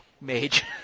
mage